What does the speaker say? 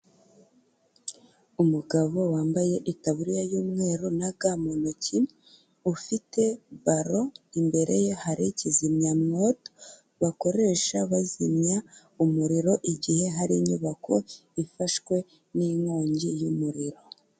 Umugabo wambaye itaburiya y'umweru na ga mu ntoki, ufite baro, imbere ye hari kizimyamwoto bakoresha bazimya umuriro igihe hari inyubako ifashwe n'inkongi y'umuriro.